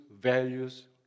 values